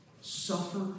suffer